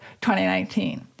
2019